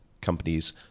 companies